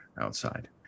outside